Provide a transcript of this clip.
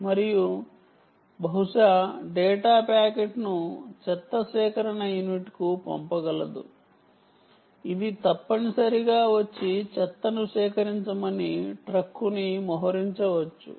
మరియు బహుశా డేటా ప్యాకెట్ను చెత్త సేకరణ యూనిట్కు పంపగలదు ఇది తప్పనిసరిగా వచ్చి చెత్తను సేకరించమని ట్రక్కును మోహరించవచ్చు